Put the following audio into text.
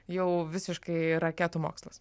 jau visiškai raketų mokslas